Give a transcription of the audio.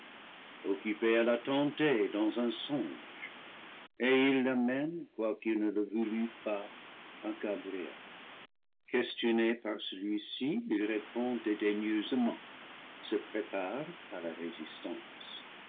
occupé à la tenter dans un songe et ils l'amènent quoiqu'il ne le voulût pas à gabriel questionné par celui-ci il répond dédaigneusement se prépare à la résistance